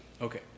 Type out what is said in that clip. Okay